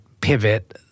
pivot